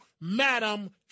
Madam